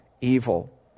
evil